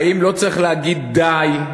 האם לא צריך להגיד: די,